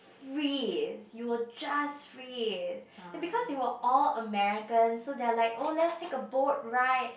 freeze you'll just freeze and because they were all Americans so they're like oh so let's take a boat ride